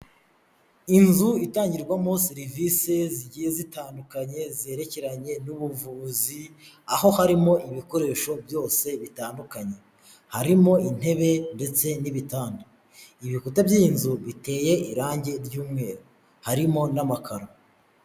Inzu itangirwamo serivisi zigiye zitandukanye zerekeranye n'ubuvuzi, aho harimo ibikoresho byose bitandukanye, harimo intebe ndetse n'ibitanda, ibikuta by'iyi nzu biteye irangi ry'umweru harimo n'amakara.